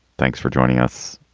thanks for joining us.